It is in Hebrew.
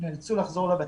הם נאלצו לחזור לבתים.